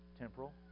temporal